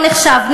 לא נחשב,